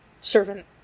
servant